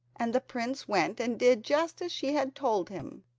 and the prince went and did just as she had told him.